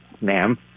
ma'am